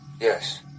Yes